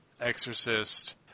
Exorcist